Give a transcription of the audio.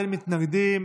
אין מתנגדים,